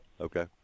Okay